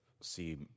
see